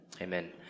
Amen